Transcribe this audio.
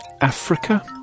Africa